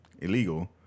illegal